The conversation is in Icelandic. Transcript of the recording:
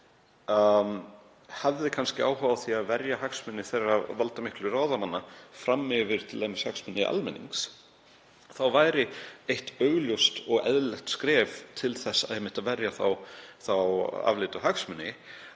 hefðu kannski áhuga á því að verja hagsmuni þeirra valdamiklu ráðamanna fram yfir t.d. hagsmuni almennings, þá væri eitt augljóst og eðlilegt skref til þess að verja þá afleitu hagsmuni